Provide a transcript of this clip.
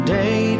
day